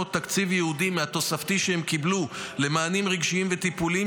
תקציב ייעודי מהתוספתי שהם קיבלו למענים רגשיים וטיפוליים,